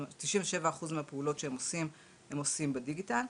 97% מהפעולות שהם עושים הם עושים בדיגיטל,